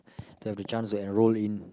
they have the chance to enroll in